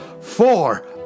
Four